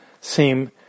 seem